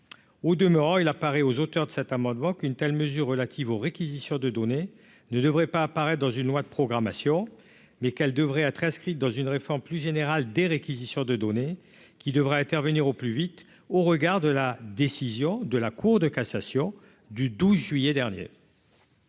au demeurant, il apparaît aux auteurs de cet amendement qu'une telle mesure relative aux réquisitions de données ne devrait pas apparaître dans une loi de programmation mais qu'elle devrait être inscrit dans une réforme plus générale des réquisitions de données qui devrait intervenir au plus vite au regard de la décision de la Cour de cassation du 12 juillet dernier.